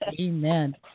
Amen